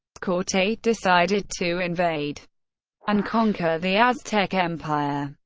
cortes decided to invade and conquer the aztec empire.